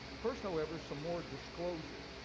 first, however, some more disclosure.